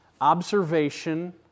Observation